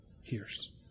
hears